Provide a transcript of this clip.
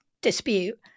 dispute